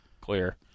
Clear